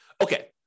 Okay